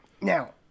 Now